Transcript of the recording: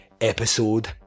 episode